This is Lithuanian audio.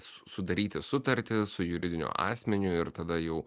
su sudaryti sutartį su juridiniu asmeniu ir tada jau